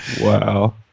wow